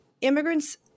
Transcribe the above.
Immigrants